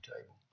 table